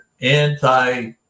anti